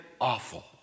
awful